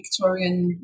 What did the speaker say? Victorian